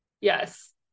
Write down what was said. yes